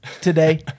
today